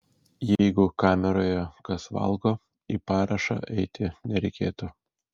jeigu kameroje kas valgo į parašą eiti nereikėtų